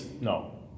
No